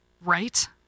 right